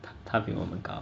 他比我们高